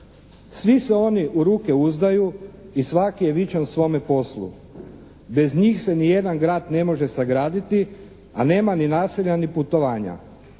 "Svi se oni u ruke uzdaju i svaki je vičan svome poslu. Bez njih se ni jedan grad ne može sagraditi a nema ni naselja ni putovanja.